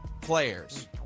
players